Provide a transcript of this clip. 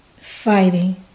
fighting